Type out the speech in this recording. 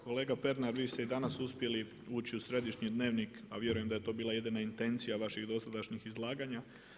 Kolega Pernar, vi ste i danas uspjeli uči u središnji dnevnik a vjerujem da je to bila jedina intencija vaših dosadašnjih izlaganja.